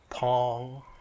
Pong